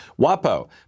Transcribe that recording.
WAPO